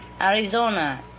Arizona